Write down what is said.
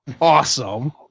awesome